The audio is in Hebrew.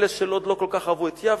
אלה של לוד לא כל כך אהבו את יבנה,